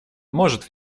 может